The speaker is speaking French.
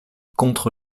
contre